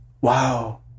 wow